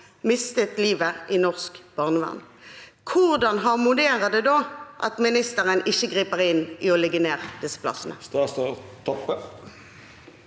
mistet livet i norsk barnevern. Hvordan harmonerer det da at ministeren ikke griper inn mot å legge ned disse plassene?